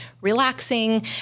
relaxing